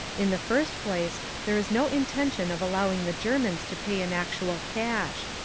in the first place there is no intention of allowing the germans to pay in actual cash.